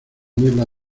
niebla